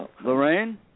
Lorraine